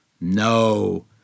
No